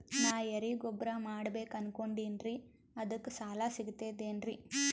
ನಾ ಎರಿಗೊಬ್ಬರ ಮಾಡಬೇಕು ಅನಕೊಂಡಿನ್ರಿ ಅದಕ ಸಾಲಾ ಸಿಗ್ತದೇನ್ರಿ?